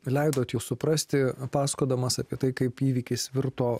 leidot jūs suprasti pasakodamas apie tai kaip įvykis virto